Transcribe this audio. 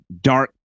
dark